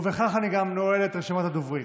בכך אני גם נועל את רשימת הדוברים.